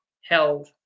held